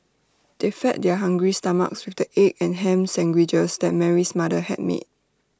they fed their hungry stomachs with the egg and Ham Sandwiches that Mary's mother had made